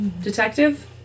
Detective